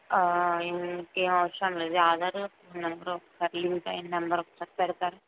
ఇంకేం అవసరం లేదు ఆధారు నంబరు వాటి లింక్ అయిన నంబరు ఒకసారి పెడతారా